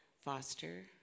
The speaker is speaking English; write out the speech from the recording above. Foster